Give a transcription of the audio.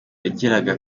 yagiraga